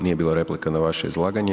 Nije bilo replika na vaše izlaganje.